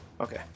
Okay